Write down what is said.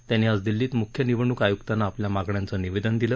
त्यांनी आज दिल्लीत म्ख्य निवडणूक आय्क्तांना आपल्या मागण्यांचं निवेदन दिलं